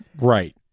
Right